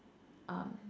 um